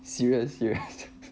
serious serious